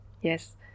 Yes